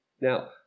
Now